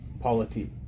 polity